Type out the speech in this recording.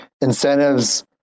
incentives